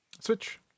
Switch